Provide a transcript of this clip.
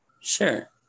Sure